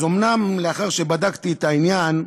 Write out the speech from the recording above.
אז אומנם, לאחר שבדקתי את העניין,